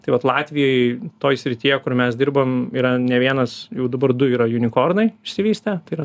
tai vat latvijoj toj srityje kur mes dirbam yra ne vienas jau dabar du yra junikornai išsivystę tai yra